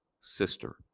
sister